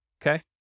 Okay